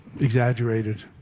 exaggerated